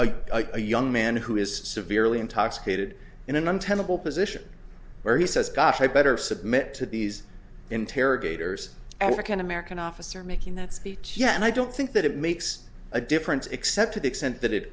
a a young man who is severely intoxicated in an untenable position where he says god i better submit to these interrogators african american officer making that speech yeah and i don't think that it makes a difference except to the extent that it